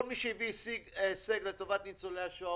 כל מי שהשיג הישג לטובת ניצולי השואה,